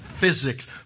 physics